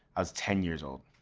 i was ten years old.